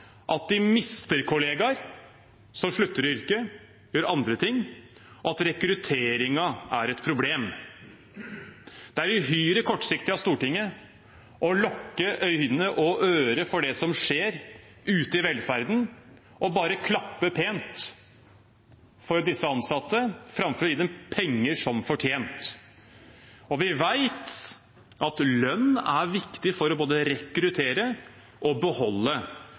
at de mister kollegaer som slutter i yrket, gjør andre ting, og at rekrutteringen er et problem. Det er uhyre kortsiktig av Stortinget å lukke øyne og ører for det som skjer ute i velferden, og bare klappe pent for disse ansatte framfor å gi dem penger som fortjent. Vi vet at lønn er viktig for både å rekruttere og beholde